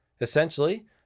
Essentially